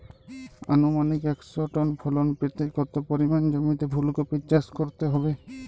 আনুমানিক একশো টন ফলন পেতে কত পরিমাণ জমিতে ফুলকপির চাষ করতে হবে?